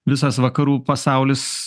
visas vakarų pasaulis